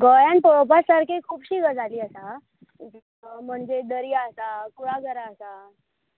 गोंयांत पळोवपा सारकें खुबश्यो गजाली आसात म्हणजे दर्या आसा कुळागरां आसात